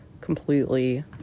completely